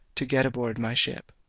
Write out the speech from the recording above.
to get aboard my ship.